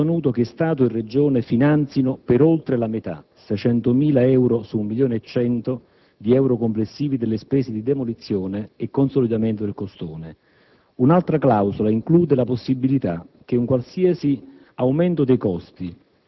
proprietaria dell'immobile. In primo luogo, la società, la SaAn, ha ottenuto che Stato e Regione finanzino per oltre la metà - 600.000 euro su un 1.100.000 euro complessivi - le spese di demolizione e consolidamento del costone;